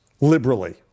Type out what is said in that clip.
liberally